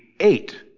eight